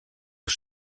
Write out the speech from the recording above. aux